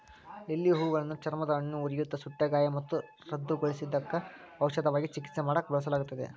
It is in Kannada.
ಲಿಲ್ಲಿ ಹೂಗಳನ್ನ ಚರ್ಮದ ಹುಣ್ಣು, ಉರಿಯೂತ, ಸುಟ್ಟಗಾಯ ಮತ್ತು ದದ್ದುಗಳಿದ್ದಕ್ಕ ಔಷಧವಾಗಿ ಚಿಕಿತ್ಸೆ ಮಾಡಾಕ ಬಳಸಲಾಗುತ್ತದೆ